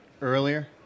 earlier